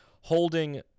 holding